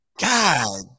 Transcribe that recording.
God